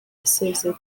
yasezeye